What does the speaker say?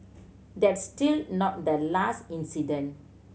that's still not the last incident